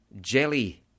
Jelly